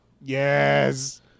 Yes